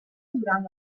durant